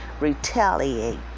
retaliate